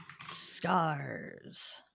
Scars